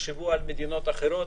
תחשבו על מדינות אחרות,